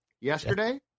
yesterday